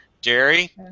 Jerry